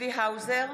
צבי האוזר,